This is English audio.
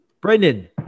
Brendan